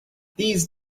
these